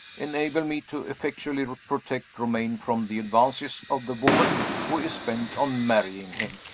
enable me to effectually protect romayne from the advances of the woman who is bent on marrying him.